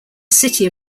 city